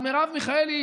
אז מרב מיכאלי,